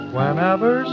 Whenever